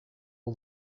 all